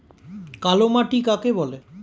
কালো মাটি কাকে বলে?